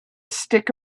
stick